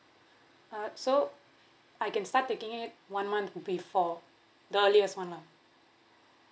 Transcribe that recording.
uh so I can start taking it one month before the earliest one lah